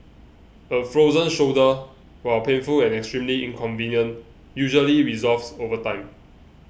a frozen shoulder while painful and extremely inconvenient usually resolves over time